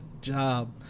job